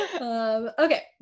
Okay